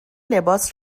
لباس